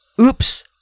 Oops